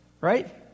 right